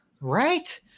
right